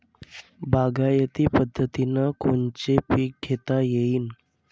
बागायती पद्धतीनं कोनचे पीक घेता येईन?